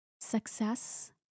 Success